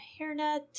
hairnet